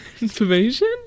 information